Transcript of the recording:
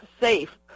safe